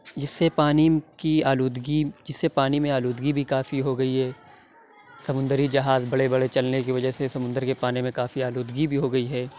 جس سے پانی کی آلودگی جس سے پانی میں آلودگی بھی کافی ہو گئی ہے سمندری جہاز بڑے بڑے چلنے کی وجہ سے سمندر کے پانی میں کافی آلودگی بھی ہو گئی ہے